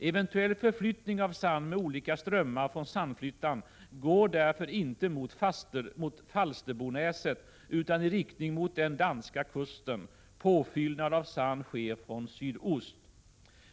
Eventuell förflyttning av sand med olika strömmar från Sandflyttan går därför inte mot Falsterbonäset utan i riktning mot den danska kusten. Påfyllnad av sand sker från sydost.